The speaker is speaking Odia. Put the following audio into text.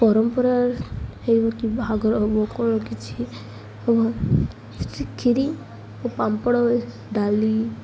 ପରମ୍ପରା ହେଇିବ କି ବାହାଘର ହବ କ'ଣ କିଛି କ୍ଷୀରି ଓ ପାମ୍ପଡ଼ ଡାଲି